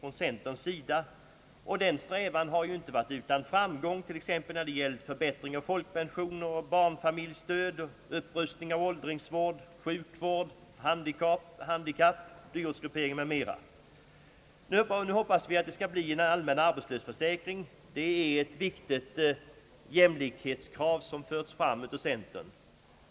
Denna strävan har inte varit utan framgång — t.ex. när det gällt förbättring av folkpensioner och barnfamiljsstöd, upprustning av åldringsvård, sjukvård och handikappvård, dyrortsgruppering m.m. Nu hoppas vi också att det skall bli en allmän arbetslöshetsförsäkring — ett viktigt jämlikhetskrav, som förts fram av centern.